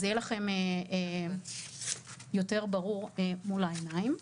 אז יהיה לכם יותר ברור מול העיניים.